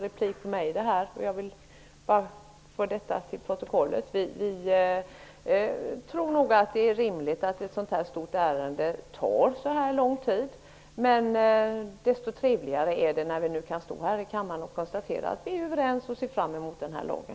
Vi tror att det är rimligt att ett så stort ärende tar lång tid. Desto trevligare är det att vi nu kan konstatera att vi är överens och ser fram emot lagen.